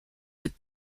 but